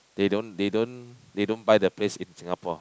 they don't they don't they don't buy the place in Singapore